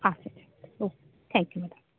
আচ্ছা আচ্ছা okay thank you madam